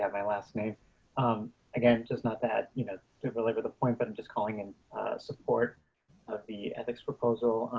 yeah my last name um again just not that you know to belabor the point, but i'm just calling in support of the ethics proposal,